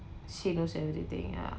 she knows everything ya